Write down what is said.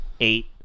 eight